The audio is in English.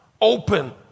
open